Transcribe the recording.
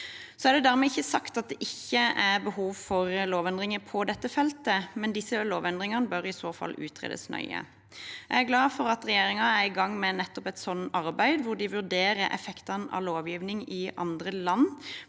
Det er ikke dermed sagt at det ikke er behov for lovendringer på dette feltet, men disse lovendringene bør i så fall utredes nøye. Jeg er glad for at regjeringen er i gang med et slikt arbeid, hvor de vurderer effektene av lovgivning i andre land